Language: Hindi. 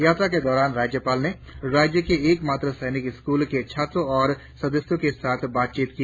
यात्रा के दौरान राज्यपाल ने राज्य के एक मात्र सैनिक स्कूल के छात्रों और सदस्यों के साथ बातचीत की